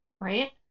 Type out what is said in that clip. right